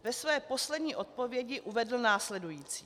Ve své poslední odpovědi uvedl následující: